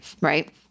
right